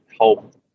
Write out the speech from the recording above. help